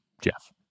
Jeff